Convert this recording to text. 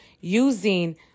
using